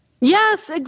Yes